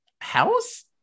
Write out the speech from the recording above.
house